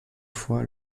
fois